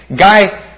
guy